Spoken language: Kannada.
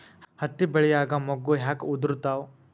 ಹತ್ತಿ ಬೆಳಿಯಾಗ ಮೊಗ್ಗು ಯಾಕ್ ಉದುರುತಾವ್?